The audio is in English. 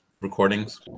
recordings